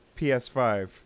PS5